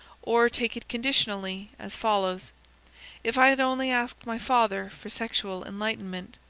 or take it conditionally, as follows if i had only asked my father for sexual enlightenment.